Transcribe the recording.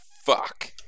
fuck